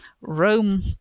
Rome